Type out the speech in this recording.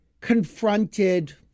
confronted